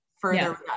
further